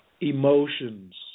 emotions